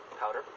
powder